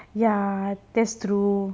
ya that's true